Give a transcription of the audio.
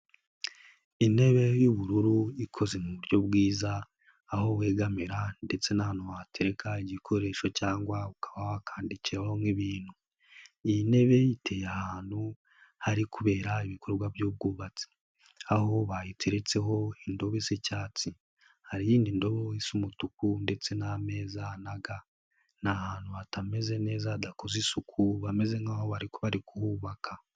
Intebe y'ubururu ikoze mu buryo bwiza, aho wegamira ndetse n'ahantu watereka igikoresho cyangwa ukaba wakwandikiraho nk'ibintu, iyi ntebe iteye ahantu hari kubera ibikorwa by'ubwubatsi, aho bayiteretseho indobo isa icyatsi, hari iyindi ndobo isa umutuku ndetse n'ameza na ga, ni ahantu hatameze neza, hadakoze neza isuku, bameze nk'aho bari kuhubaka.